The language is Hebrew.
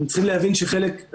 אתם צריכים להבין שחלק,